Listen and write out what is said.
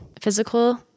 physical